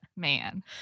man